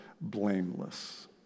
blameless